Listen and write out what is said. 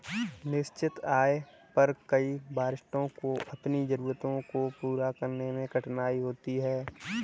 निश्चित आय पर कई वरिष्ठों को अपनी जरूरतों को पूरा करने में कठिनाई होती है